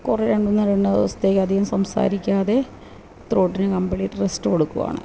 കുറേ രണ്ടുമൂന്നു രണ്ടു ദിവസത്തേക്കധികം സംസാരിക്കാതെ ത്രോട്ടിന് കമ്പ്ലീറ്റ് റെസ്റ്റ് കൊടുക്കുകയാണ്